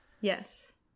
Yes